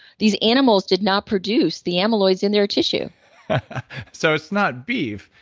these animals did not produce the amyloids in their tissue so it's not beef,